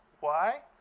why?